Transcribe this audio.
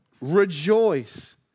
rejoice